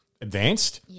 advanced